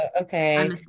okay